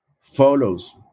follows